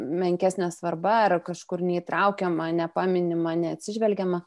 menkesnė svarba ar kažkur neįtraukiama nepaminima neatsižvelgiama